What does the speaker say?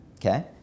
Okay